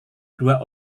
dua